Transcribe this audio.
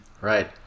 Right